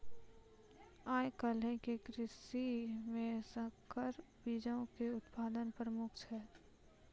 आइ काल्हि के कृषि मे संकर बीजो के उत्पादन प्रमुख छै